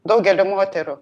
daugeliui moterų